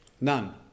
None